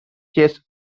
chess